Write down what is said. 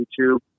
YouTube